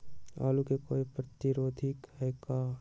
आलू के कोई प्रतिरोधी है का?